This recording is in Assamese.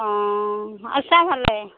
অঁ আছা ভালে